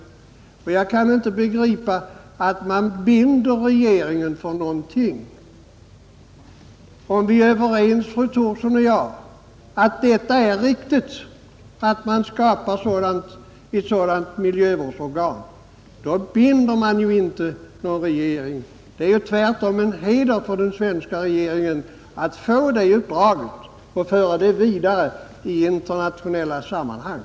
Jag kan inte begripa att man binder regeringen för någonting, om vi är överens, fru Thorsson och jag, om att det är riktigt att man skapar ett sådant miljövårdsorgan. Det är ju tvärtom en heder för den svenska regeringen att få det uppdraget och föra det vidare i internationella sammanhang.